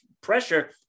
pressure